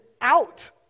out